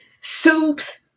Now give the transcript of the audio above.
soups